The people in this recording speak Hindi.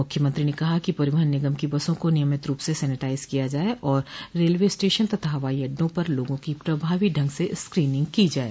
मुख्यमंत्री ने कहा कि परिवहन निगम की बसों को नियमित रूप से सैनेटाइज किया जाये और रेलवे स्टेशन तथा हवाई अड्डों पर लोगों की प्रभावी ढंग से स्क्रीनिंग की जाये